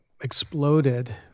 exploded